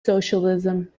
socialism